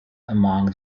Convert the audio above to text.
among